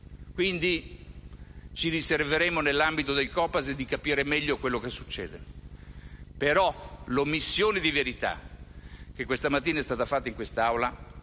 e ci riserveremo nell'ambito del Copasir di capire meglio quello che succede. Però, l'omissione di verità che questa mattina è stata fatta in questa